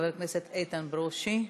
חבר הכנסת איתן ברושי.